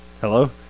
hello